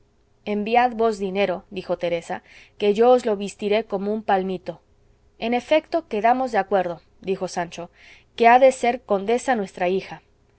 enviad vos dinero dijo teresa que yo os lo vistiré como un palmito en efecto quedamos de acuerdo dijo sancho de que ha de ser condesa nuestra hija